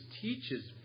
teaches